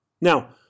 Now